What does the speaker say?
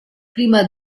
prima